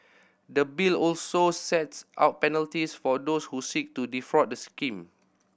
the Bill also sets out penalties for those who seek to defraud the scheme